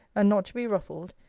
and not to be ruffled,